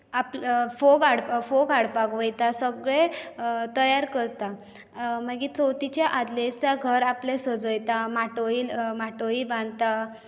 आपल्या फोग हाडपाक फोग हाडपाक वयता सगळे तयार करतात मागीर चवथीच्या आदल्या दिसा घर आपलें सजयता माटोळी माटोळी बांदतात